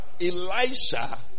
Elisha